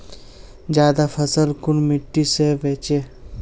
ज्यादा फसल कुन मिट्टी से बेचे?